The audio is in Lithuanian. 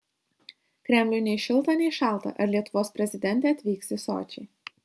kremliui nei šilta nei šalta ar lietuvos prezidentė atvyks į sočį